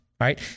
right